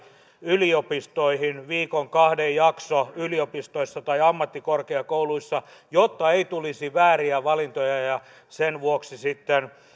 yliopistoihin viikon kahden jakso yliopistoissa tai ammattikorkeakouluissa jotta ei tulisi vääriä valintoja ja sen vuoksi sitten